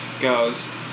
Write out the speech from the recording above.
Goes